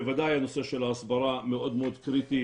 בוודאי הנושא של ההסברה מאוד מאוד קריטי,